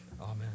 amen